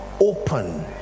open